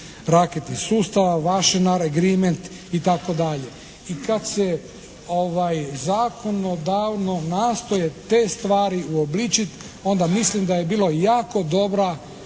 se ne razumije./… agreement itd. I kad se zakonodavno nastoje te stvari uobličiti onda mislim da je bila jako dobra